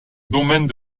domaine